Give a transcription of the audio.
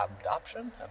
adoption